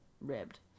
ribbed